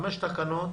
חמש תקנות